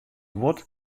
guod